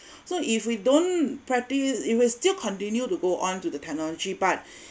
so if we don't practice it will still continue to go on to the technology part